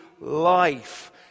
life